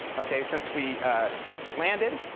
okay, since we landed,